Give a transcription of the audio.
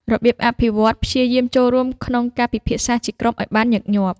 របៀបអភិវឌ្ឍន៍ព្យាយាមចូលរួមក្នុងការពិភាក្សាជាក្រុមឲ្យបានញឹកញាប់។